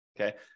Okay